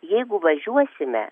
jeigu važiuosime